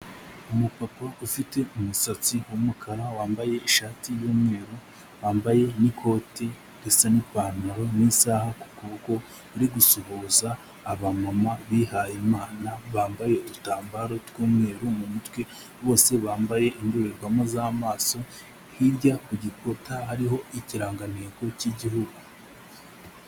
Umupapa ufite umusatsi w'umukara wambaye ishati y'umweru, wambaye n'ikoti risa n'ipantaro, n'isaha ku kuboko, uri gusuhuza aba mama bihaye Imana bambaye udutambaro tw'umweru mu mutwe, bose bambaye indorerwamo z'amaso, hirya ku gikuta hariho ikirangantego cy'igihugu.